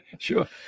sure